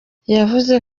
yavuze